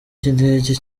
cy’indege